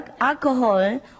alcohol